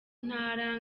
ntara